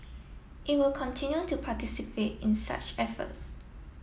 it will continue to participate in such efforts